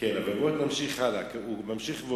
והוא ממשיך ואומר: